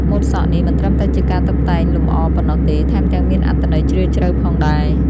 ម៉ូដសក់នេះមិនត្រឹមតែជាការតុបតែងលម្អប៉ុណ្ណោះទេ ថែមទាំងមានអត្ថន័យជ្រាលជ្រៅផងដែរ។